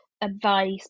advice